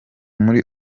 muri